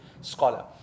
scholar